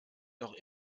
noch